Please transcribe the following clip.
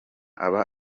aba